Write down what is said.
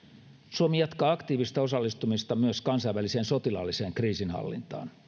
suomi jatkaa aktiivista osallistumista myös kansainväliseen sotilaalliseen kriisinhallintaan